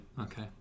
Okay